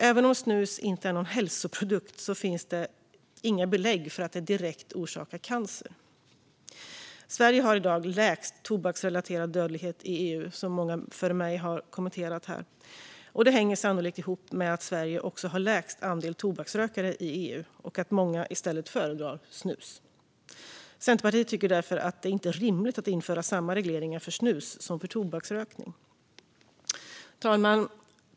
Även om snus inte är någon hälsoprodukt finns det inga belägg för att det direkt orsakar cancer. Sverige har i dag lägst tobaksrelaterad dödlighet i EU, som många före mig har sagt. Det hänger sannolikt ihop med att Sverige också har lägst andel tobaksrökare i EU och att många i stället föredrar snus. Centerpartiet tycker därför att det inte är rimligt att införa samma regleringar för snus som för tobaksrökning. Fru talman!